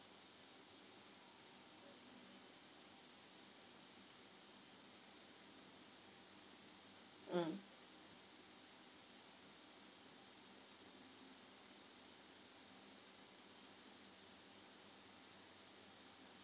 mm